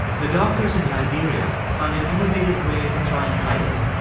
the doctors in liberia found an innovative way to try and fight it.